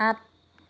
সাত